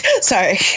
Sorry